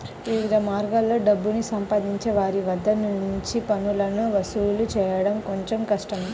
వివిధ మార్గాల్లో డబ్బుని సంపాదించే వారి వద్ద నుంచి పన్నులను వసూలు చేయడం కొంచెం కష్టమే